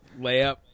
layup